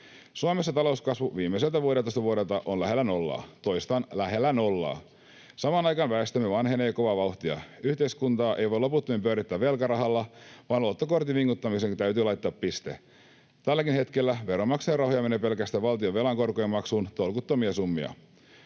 Suomessa talouskasvu viimeiseltä 16 vuodelta on lähellä nollaa. Toistan: lähellä nollaa. Samaan aikaan väestömme vanhenee kovaa vauhtia. Yhteiskuntaa ei voi loputtomiin pyörittää velkarahalla vaan luottokortin vinguttamiseenkin täytyy laittaa piste. Tälläkin hetkellä veronmaksajien rahoja menee pelkästään valtionvelan korkojen maksuun tolkuttomia summia.